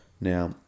now